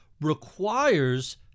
requires